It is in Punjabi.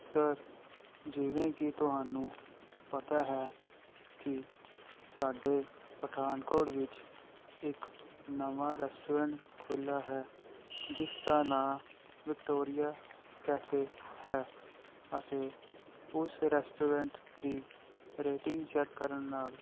ਸਰ ਜਿਵੇਂ ਕਿ ਤੁਹਾਨੂੰ ਪਤਾ ਹੈ ਕਿ ਸਾਡੇ ਪਠਾਨਕੋਟ ਵਿੱਚ ਇੱਕ ਨਵਾਂ ਰੈਸਟੋਰੈਂਟ ਖੁੱਲ੍ਹਾ ਹੈ ਜਿਸ ਦਾ ਨਾਂ ਵਿਕਟੋਰੀਆ ਕੈਫੇ ਹੈ ਅਤੇ ਉਸ ਰੈਸਟੋਰੈਂਟ ਦੀ ਰੇਟਿੰਗ ਚੈੱਕ ਕਰਨ ਨਾਲ